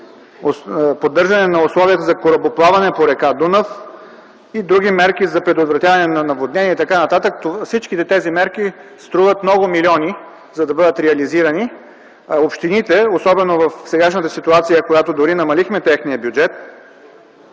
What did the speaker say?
поддържане на условията за корабоплаване по р. Дунав и други мерки за предотвратяване на наводнения и т.н. Всички тези мерки струват много милиони, за да бъдат реализирани от общините, особено в сегашната ситуация, в която дори намалихме техния бюджет.